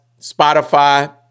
Spotify